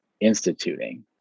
instituting